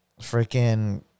freaking